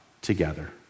together